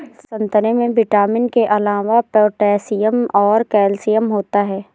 संतरे में विटामिन के अलावा पोटैशियम और कैल्शियम होता है